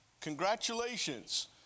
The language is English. congratulations